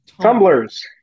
tumblers